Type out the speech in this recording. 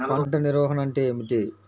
పంట నిర్వాహణ అంటే ఏమిటి?